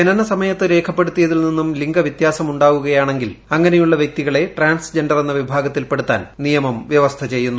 ജനനസമയത്ത് രേഖപ്പെടുത്തിയതിൽ നിന്നും ലിംഗ വ്യത്യാസം ഉണ്ടാവുകയാണെങ്കിൽ അങ്ങനെയുള്ള വ്യക്തികളെ ട്രാൻസ്ജെൻഡർ എന്ന വിഭാഗത്തിൽപ്പെടുത്താൻ നിയമം വ്യവസ്ഥ ചെയ്യുന്നു